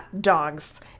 dogs